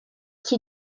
qui